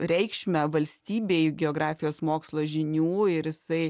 reikšmę valstybei geografijos mokslo žinių ir jisai